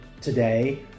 today